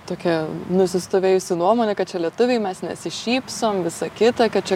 tokia nusistovėjusi nuomonė kad čia lietuviai mes nesišypsom visa kita kad čia